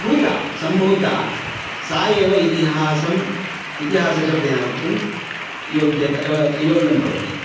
भूता सम्भूता सा एव इतिहासम् इतिहासशब्देन वक्तुं योग्यं भवति